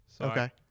Okay